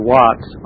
Watts